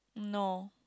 no